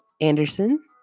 Anderson